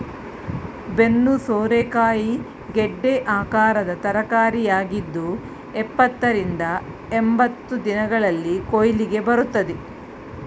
ಬೆನ್ನು ಸೋರೆಕಾಯಿ ಗೆಡ್ಡೆ ಆಕಾರದ ತರಕಾರಿಯಾಗಿದ್ದು ಎಪ್ಪತ್ತ ರಿಂದ ಎಂಬತ್ತು ದಿನಗಳಲ್ಲಿ ಕುಯ್ಲಿಗೆ ಬರುತ್ತೆ